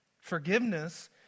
Forgiveness